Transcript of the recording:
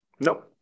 Nope